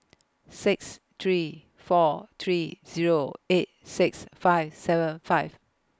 six three four three Zero eight six five seven five